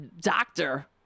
doctor